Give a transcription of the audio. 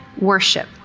worship